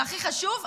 והכי חשוב,